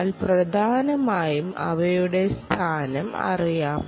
എന്നാൽ പ്രധാനമായും അവയുടെ സ്ഥാനം അറിയാം